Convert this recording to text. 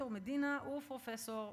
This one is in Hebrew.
ויקטור מדינה ופרופסור